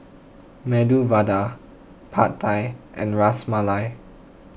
Medu Vada Pad Thai and Ras Malai